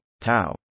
tau